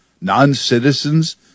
non-citizens